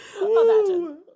Imagine